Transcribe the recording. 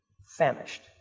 famished